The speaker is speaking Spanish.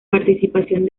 participación